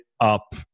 up